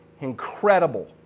incredible